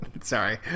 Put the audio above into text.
Sorry